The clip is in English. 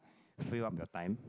fill up your time